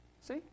See